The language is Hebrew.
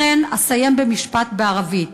לכן אסיים במשפט בערבית: